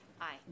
Aye